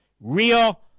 real